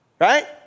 right